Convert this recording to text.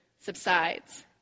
subsides